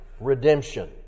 redemption